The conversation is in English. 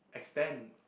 extend